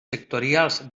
sectorials